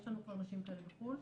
יש לנו כבר נשים כאלה בחו"ל.